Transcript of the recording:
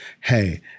hey